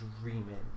dreaming